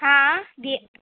हाँ